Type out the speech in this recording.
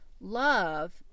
love